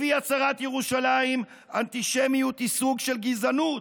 לפי הצהרת ירושלים, אנטישמיות היא סוג של גזענות,